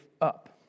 up